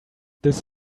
this